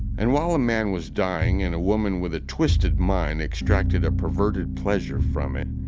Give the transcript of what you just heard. and while a man was dying and a woman with a twisted mind extracted a perverted pleasure from it,